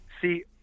see